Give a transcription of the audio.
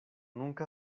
nunca